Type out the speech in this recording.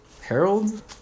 Harold